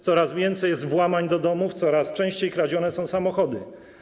Coraz więcej jest włamań do domów, coraz częściej kradzione są samochody.